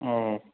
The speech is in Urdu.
اوہ